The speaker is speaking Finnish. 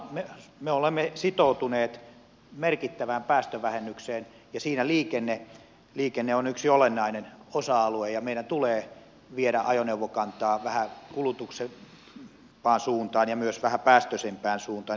me olemme sitoutuneet merkittävään päästövähennykseen ja siinä liikenne on yksi olennainen osa alue ja meidän tulee viedä ajoneuvokantaa vähäkulutuksellisempaan suuntaan ja myös vähäpäästöisempään suuntaan